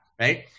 Right